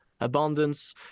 abundance